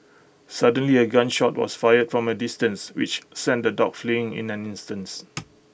suddenly A gun shot was fired from A distance which sent the dogs fleeing in an instance